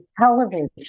Television